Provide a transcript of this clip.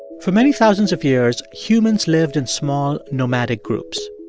for many thousands of years, humans lived in small, nomadic groups.